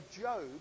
Job